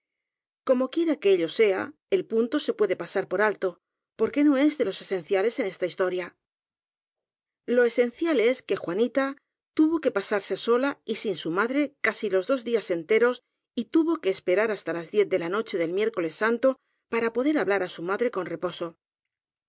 como quiera que ello sea el punto se puede pasar por alto porque no es de los esenciales en esta his toria lo esencial es que juanita tuvo que pasarse sola y sin su madre casi los dos días enteros y tuvo que esperar hasta las diez de la noche del miércoles santo para poder hablar á su madre con reposo